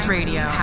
Radio